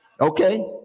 Okay